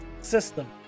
system